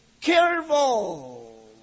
careful